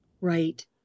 Right